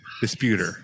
disputer